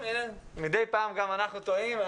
מדי פעם גם אנחנו טועים,